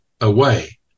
away